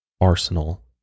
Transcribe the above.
arsenal